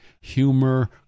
humor